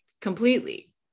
Completely